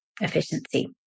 efficiency